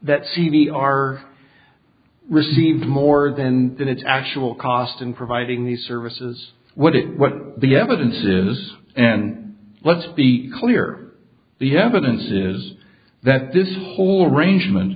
that cv are received more than in its actual cost in providing the services what it what the evidence is and let's be clear the evidence is that this whole arrangement